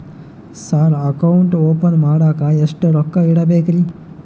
Sir account open ಮಾಡಾಕ ಎಷ್ಟು ರೊಕ್ಕ ಇಡಬೇಕ್ರಿ?